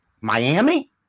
Miami